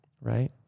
right